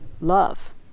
love